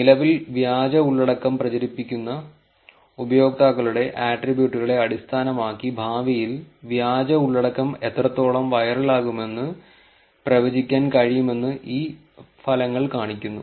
നിലവിൽ വ്യാജ ഉള്ളടക്കം പ്രചരിപ്പിക്കുന്ന ഉപയോക്താക്കളുടെ ആട്രിബ്യൂട്ടുകളെ അടിസ്ഥാനമാക്കി ഭാവിയിൽ വ്യാജ ഉള്ളടക്കം എത്രത്തോളം വൈറലാകുമെന്ന് പ്രവചിക്കാൻ കഴിയുമെന്ന് ഈ ഫലങ്ങൾ കാണിക്കുന്നു